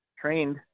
trained